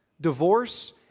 Divorce